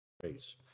Grace